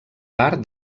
part